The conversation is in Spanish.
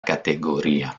categoría